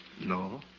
No